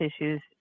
issues